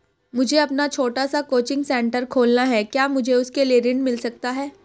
मुझे अपना छोटा सा कोचिंग सेंटर खोलना है क्या मुझे उसके लिए ऋण मिल सकता है?